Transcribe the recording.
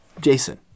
Jason